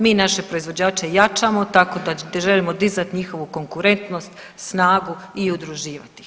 Mi naše proizvođače jačamo tako da želimo dizati njihovu konkurentnost, snagu i udruživati ih.